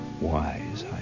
Wise